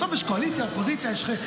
בסוף יש אופוזיציה, קואליציה, יש חלקים.